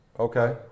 Okay